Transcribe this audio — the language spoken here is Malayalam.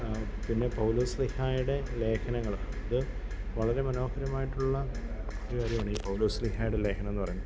പിന്നെ പൗലോസ് ശ്ലീഹായടെ ലേഘനങ്ങൾ അത് വളരെ മനോഹരമായിട്ടുള്ള ഒരു കാര്യമാണ് ഈ പൗലോസ് ശ്ലീഹായുടെ ലേഘനം എന്നു പറയുന്നത്